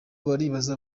baribaza